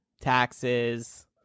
taxes